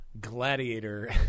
gladiator